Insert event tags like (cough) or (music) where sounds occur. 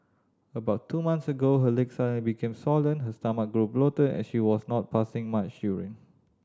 about two months ago her legs (unintelligible) became swollen her stomach grew bloated and she was not passing much urine